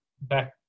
back